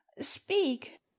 Speak